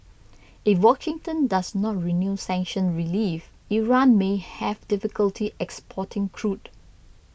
if Washington does not renew sanctions relief Iran may have difficulty exporting crude